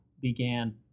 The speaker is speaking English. began